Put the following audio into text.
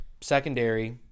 secondary